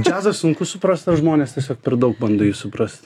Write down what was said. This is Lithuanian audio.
džiazas sunku suprast nes žmonės tiesiog per daug bando suprast